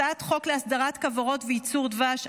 הצעת חוק להסדרת כוורות וייצור דבש,